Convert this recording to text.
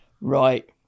Right